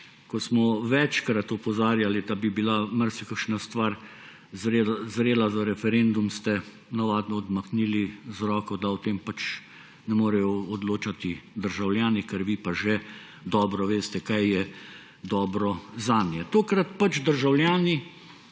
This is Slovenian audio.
ko smo večkrat opozarjali, da bi bila marsikakšna stvar zrela za referendum, ste navadno odmahnili z roko, da o tem pač ne morejo odločati državljani, ker vi pa že dobro veste, kaj je dobro zanje. Tokrat pač državljani